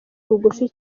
bugufi